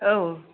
औ